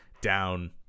down